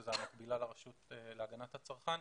שהיא המקבילה לרשות להגנת הצרכן,